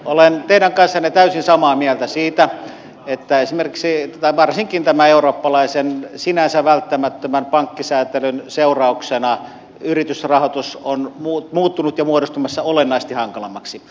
olen teidän kanssanne täysin samaa mieltä siitä että varsinkin tämän eurooppalaisen sinänsä välttämättömän pankkisäätelyn seurauksena yritysrahoitus on muuttunut ja muodostumassa olennaisesti hankalammaksi